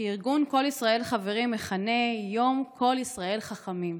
שארגון כל ישראל חברים מכנה "יום כל ישראל חכמים",